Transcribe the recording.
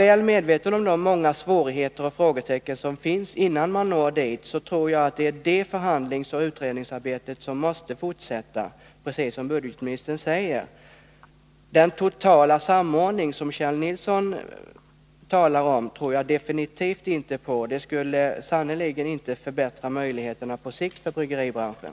Väl medveten om de många svårigheter och frågetecken som finns, innan man når en lösning, tror jag att det förhandlingsoch utredningsarbete som budgetministern nämnde måste fortsätta. Den totala samordning som Kjell Nilsson talar om tror jag definitivt inte på. En sådan samordning skulle sannerligen inte förbättra möjligheterna på sikt för bryggeribranschen.